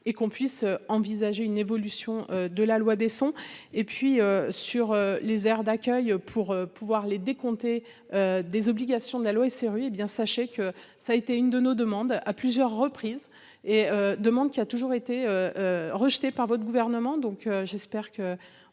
et qu'on puisse envisager une évolution de la loi Besson et puis sur les aires d'accueil pour pouvoir les décompter des obligations de la loi SRU, hé bien sachez que ça a été une de nos demandes à plusieurs reprises et demande qui a toujours été rejeté par votre gouvernement,